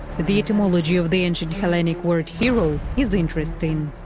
the etymology of the ancient hellenic word hero is interesting.